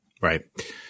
Right